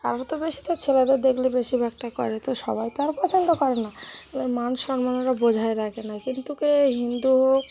আরও তো বেশি তো ছেলেদের দেখলে বেশিরভাগটা করে তো সবাই তো আর পছন্দ করে না এবার মান সম্মান ওরা বজায় রাখে না কিন্তু কি হিন্দু হোক